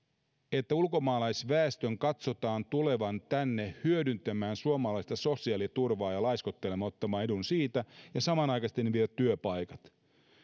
että ulkomaalaisväestön katsotaan tulevan tänne hyödyntämään suomalaista sosiaaliturvaa ja laiskottelemaan ottamaan etu siitä ja samanaikaisesti he vievät työpaikat